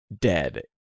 dead